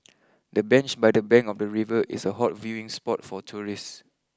the bench by the bank of the river is a hot viewing spot for tourists